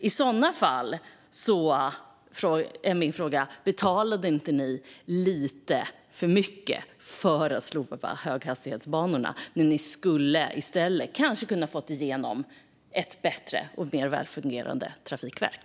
I sådana fall är min fråga: Betalade ni inte lite för mycket för att slopa höghastighetsbanorna när ni i stället kanske skulle ha kunnat få igenom ett bättre och mer välfungerande trafikverk?